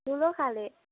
ठुलो खाले